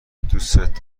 دوستت